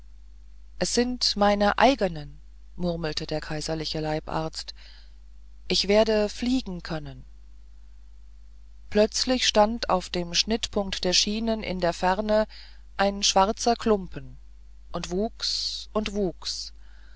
es sind meine eigenen murmelte der kaiserliche leibarzt ich werde fliegen können plötzlich stand auf dem schnittpunkt der schienen in der ferne ein schwarzer klumpen und wuchs und wuchs